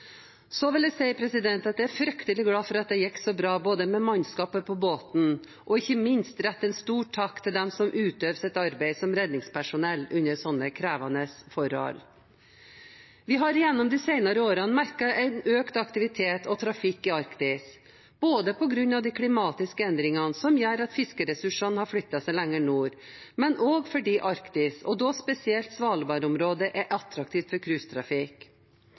så bra med mannskap på båten, og ikke minst vil jeg rette en stor takk til dem som utøver sitt arbeid som redningspersonell under slike krevende forhold. Vi har gjennom de senere årene merket økt aktivitet og trafikk i Arktis, både på grunn av de klimatiske endringene som gjør at fiskeressursene har flyttet seg lenger nord, og fordi Arktis, spesielt Svalbard-området, er attraktivt for